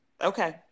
okay